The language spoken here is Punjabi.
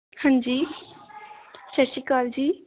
ਹਾਂਜੀ ਸਤਿ ਸ਼੍ਰੀ ਅਕਾਲ ਜੀ